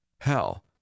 Hell